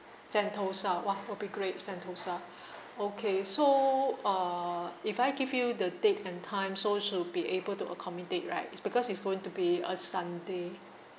sentosa !wah! will be great sentosa okay so uh if I give you the date and time so you should be able to accommodate right is because it's going to be a sunday